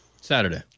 Saturday